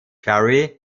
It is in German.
jerry